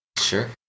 sure